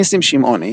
ניסים שמעוני